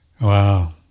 wow